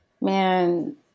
Man